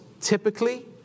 typically